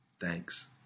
Thanks